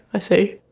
i see.